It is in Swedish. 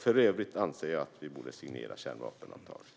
För övrigt anser jag att vi borde signera kärnvapenavtalet.